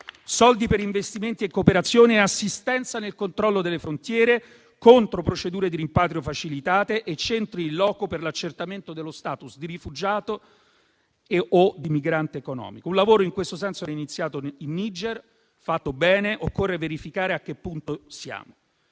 soldi per investimenti e cooperazione e assistenza nel controllo delle frontiere contro procedure di rimpatrio facilitate e centri *in loco* per l'accertamento dello *status* di rifugiato e/o di migrante economico. Un lavoro in questo senso, fatto bene, era iniziato in Niger: occorre verificare a che punto siamo.